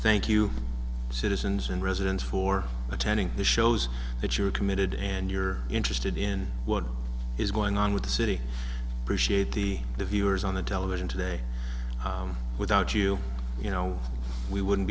thank you citizens and residents for attending the shows that you are committed and you're interested in what is going on with the city push eight the viewers on the television today without you you know we wouldn't